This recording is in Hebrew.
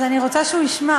אז אני רוצה שהוא ישמע.